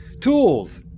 tools